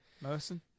Merson